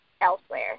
elsewhere